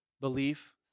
belief